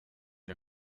der